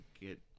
get